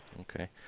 Okay